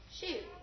Shoot